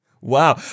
Wow